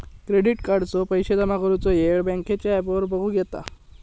credit कार्डाचो पैशे जमा करुचो येळ बँकेच्या ॲपवर बगुक येता